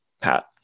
Pat